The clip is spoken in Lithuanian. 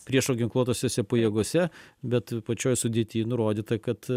priešo ginkluotosiose pajėgose bet pačioj sudėty nurodyta kad